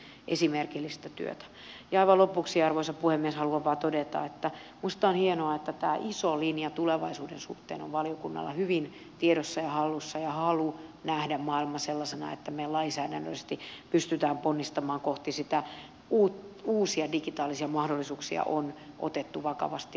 ja aivan lopuksi arvoisa puhemies haluan vain todeta että minusta on hienoa että tämä iso linja tulevaisuuden suhteen on valiokunnalla hyvin tiedossa ja hallussa ja halu nähdä maailma sellaisena että me lainsäädännöllisesti pystymme ponnistamaan kohti uusia digitaalisia mahdollisuuksia on otettu vakavasti